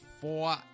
four